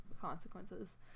consequences